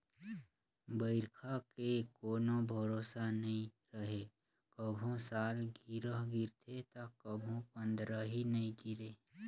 बइरखा के कोनो भरोसा नइ रहें, कभू सालगिरह गिरथे त कभू पंदरही नइ गिरे